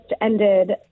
ended